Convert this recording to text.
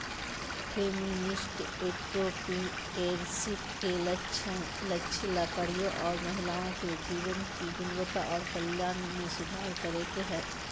feminist entrepreneurship के लक्ष्य लड़कियों और महिलाओं के जीवन की गुणवत्ता और कल्याण में सुधार करे के हय